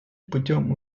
путем